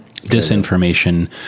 Disinformation